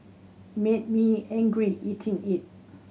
made me angry eating it